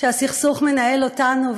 שהסכסוך מנהל אותנו,